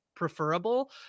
preferable